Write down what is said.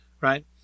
right